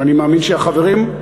ואני מאמין שהחברים,